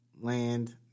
land